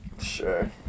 Sure